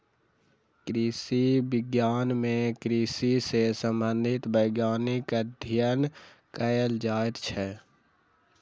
कृषि विज्ञान मे कृषि सॅ संबंधित वैज्ञानिक अध्ययन कयल जाइत छै